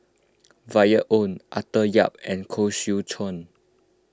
Violet Oon Arthur Yap and Koh Seow Chuan